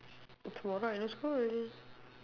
tomorrow I no school already